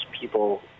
people